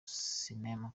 sinema